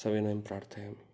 सविनयं प्रार्थयामि